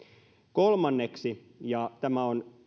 kolmanneksi ja tämä on